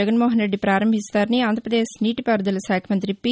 జగన్మోహన్ రెడ్డి ప్రారంభిస్తారని ఆంధ్రప్రదేశ్ నీటిపారుదల శాఖ మంత్రి పి